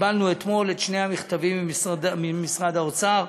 קיבלנו אתמול את שני המכתבים ממשרד האוצר.